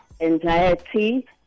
anxiety